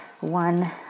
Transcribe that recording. one